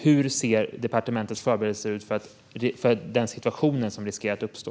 Hur ser departementets förberedelser ut för den situation som riskerar att uppstå?